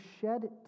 shed